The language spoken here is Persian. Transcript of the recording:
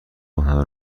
آنها